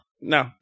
No